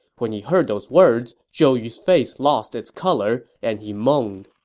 when he heard those words, zhou yu's face lost its color and he moaned